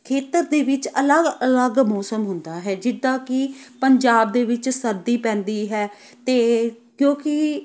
ਖੇਤਰ ਦੇ ਵਿੱਚ ਅਲੱਗ ਅਲੱਗ ਮੌਸਮ ਹੁੰਦਾ ਹੈ ਜਿੱਦਾਂ ਕਿ ਪੰਜਾਬ ਦੇ ਵਿੱਚ ਸਰਦੀ ਪੈਂਦੀ ਹੈ ਅਤੇ ਕਿਉਂਕਿ